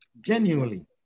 Genuinely